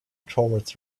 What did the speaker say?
towards